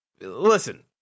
Listen